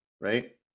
right